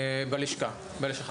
בלשכה.